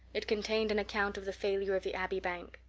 it contained an account of the failure of the abbey bank.